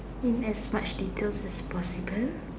in as much detail as possible